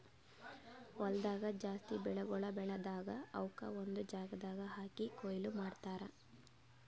ಹೊಲ್ದಾಗ್ ಜಾಸ್ತಿ ಬೆಳಿಗೊಳ್ ಬೆಳದಾಗ್ ಅವುಕ್ ಒಂದು ಜಾಗದಾಗ್ ಹಾಕಿ ಕೊಯ್ಲಿ ಮಾಡ್ತಾರ್